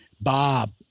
Bob